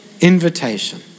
Invitation